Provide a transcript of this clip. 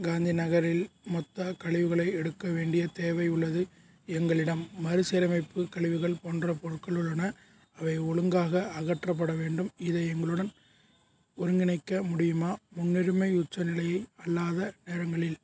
காந்தி நகரில் மொத்தக் கழிவுகளை எடுக்க வேண்டிய தேவை உள்ளது எங்களிடம் மறு சீரமைப்பு கழிவுகள் போன்ற பொருட்கள் உள்ளன அவை ஒழுங்காக அகற்றப்பட வேண்டும் இதை எங்களுடன் ஒருங்கிணைக்க முடியுமா முன்னுரிமை உச்சநிலையை அல்லாத நேரங்களில்